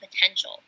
potential